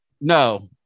no